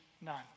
none